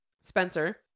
Spencer